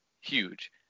huge